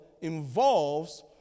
involves